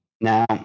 Now